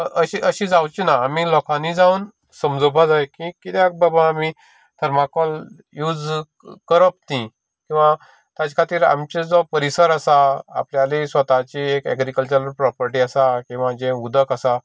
अशें अशें जावचीना आमी लोकांनी जावन समजुपाक जाय की किद्याक बाबा आमी थरमाकोल यूज करप न्ही किंवा ताजे खातीर आमचो जो परिसर आसा जांव स्वताची एक प्रोपर्टी आसता किंवा जें उदक आसा